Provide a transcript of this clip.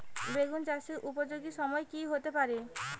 বেগুন চাষের উপযোগী সময় কি হতে পারে?